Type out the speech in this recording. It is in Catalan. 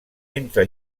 entre